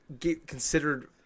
considered